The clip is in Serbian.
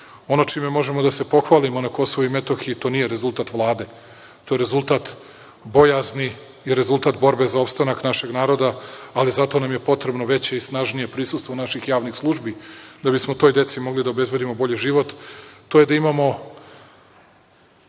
čime možemo da se pohvalimo na Kosovu i Metohiji, to nije rezultat Vlade, to je rezultat bojazni i rezultat borbe za opstanak našeg naroda, ali zato nam je potrebno veće i snažnije prisustvo naših javnih službi da bismo toj deci mogli da obezbedimo bolji život,